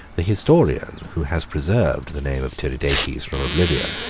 the historian, who has preserved the name of tiridates from oblivion,